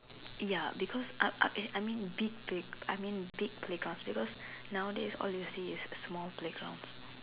ya because I I I mean big play I mean big playgrounds because nowadays all you see is small playgrounds